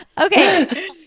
Okay